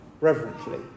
Reverently